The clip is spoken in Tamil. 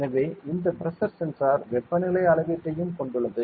எனவே இந்த பிரஷர் சென்சார் வெப்பநிலை அளவீட்டையும் கொண்டுள்ளது